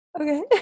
Okay